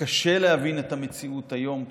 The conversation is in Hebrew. וקשה להבין את המציאות היום,